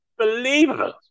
Unbelievable